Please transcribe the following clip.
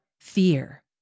fear